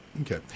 Okay